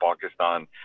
Pakistan